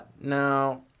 now